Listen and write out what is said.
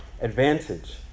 advantage